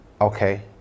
okay